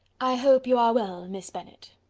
i hope you are well, miss bennet.